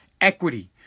equity